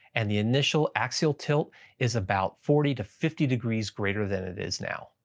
and the initial axial tilt is about forty to fifty degrees greater than it is now.